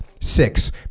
Six